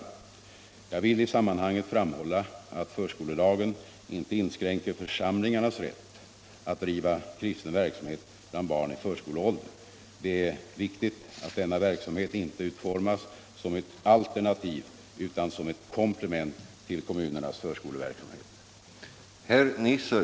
barnverksamhet Jag vill i sammanhanget framhålla att förskolelagen inte inskränker och den kommunaförsamlingarnas rätt att driva kristen verksamhet bland barn i försko = la förskolan leåldern. Det är viktigt att denna verksamhet inte utformas som ett alternativ utan som ett komplement till kommunernas förskoleverksamhet.